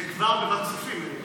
זה כבר בוועדת הכספים.